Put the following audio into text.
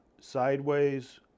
sideways